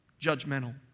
judgmental